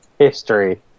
History